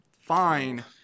Fine